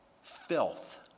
filth